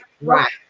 right